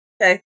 okay